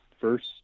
first